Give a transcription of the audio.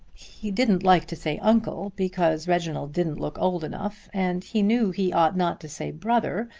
he didn't like to say uncle because reginald didn't look old enough, and he knew he ought not to say brother,